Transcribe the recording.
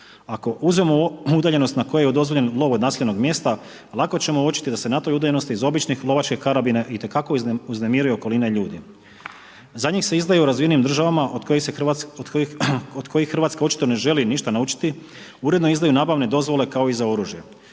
Ako uzmemo udaljenost na kojem je dozvoljen lov od naseljenog mjesta lako ćemo uočiti da se na toj udaljenosti iz obične lovačke karabine itekako uznemiruje okolina i ljudi. Za njih se izdaju u razvijenim državama od kojih Hrvatska očito ne želi ništa naučiti, uredno izdaju nabavne dozvole kao i za oružje.